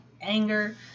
anger